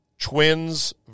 twins